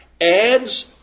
adds